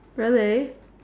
really